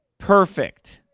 perfect